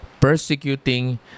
persecuting